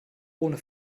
ohne